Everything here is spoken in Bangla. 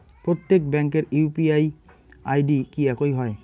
প্রত্যেক ব্যাংকের ইউ.পি.আই আই.ডি কি একই হয়?